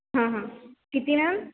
हां हां किती मॅम